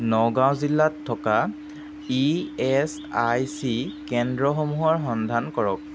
নগাঁও জিলাত থকা E S I C কেন্দ্ৰসমূহৰ সন্ধান কৰক